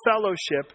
fellowship